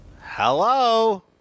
Hello